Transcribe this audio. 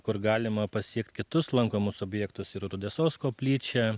kur galima pasiekt kitus lankomus objektus ir raudesos koplyčią